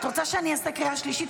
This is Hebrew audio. את רוצה שאני אקרא בקריאה שלישית?